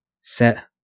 set